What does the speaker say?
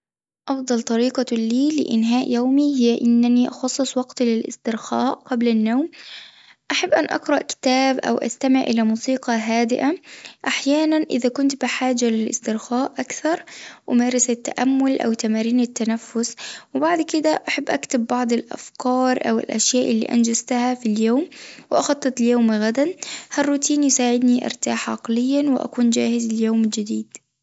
أفضل طريقة لي لإنهاء يومي هي إنني أخصص وقت للاسترخاء قبل النوم، أحب أن أقرأ كتاب أو أستمع الى موسيقى هادئة، أحيانا إذا كنت بحاجة للاسترخاء أكثر أمارس التأمل أو تمارين التنفس، وبعد كده أحب أكتب بعض الأفكار او الأشياء اللي أنجزتها في اليوم وأخطط ليومي غدًا، هالروتين يساعدني أرتاح عقليا وأكون جاهز ليوم جديد.